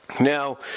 Now